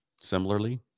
Similarly